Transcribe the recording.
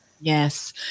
Yes